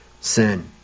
sin